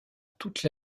toutes